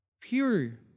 pure